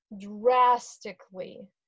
drastically